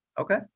Okay